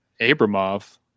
Abramov